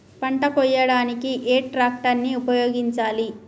పంట కోయడానికి ఏ ట్రాక్టర్ ని ఉపయోగించాలి?